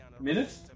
minutes